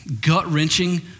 gut-wrenching